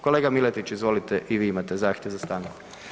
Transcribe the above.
Kolega Miletić izvolite i vi imate zahtjev za stanku.